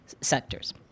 sectors